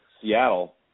Seattle